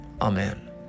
Amen